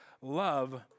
love